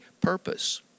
purpose